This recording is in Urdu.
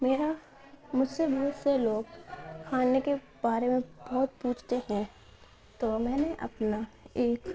میرا مجھ سے بہت سے لوگ کھانے کے بارے میں بہت پوچھتے ہیں تو میں نے اپنا ایک